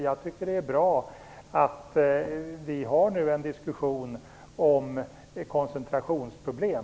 Jag tycker att det är bra att vi för en diskussion om koncentrationsproblem.